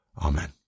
Amen